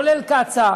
כולל קצא"א,